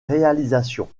réalisations